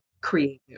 creative